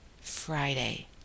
Friday